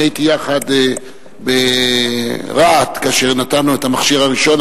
אני הייתי ברהט כאשר נתנו את המכשיר הראשון,